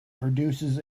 produces